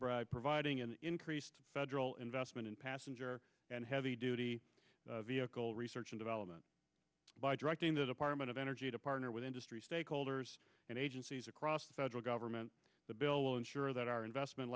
sector providing an increased federal investment in passenger and heavy duty vehicle research and development by directing the department of energy to partner with industry stakeholders and agencies across the federal government the bill will ensure that our investment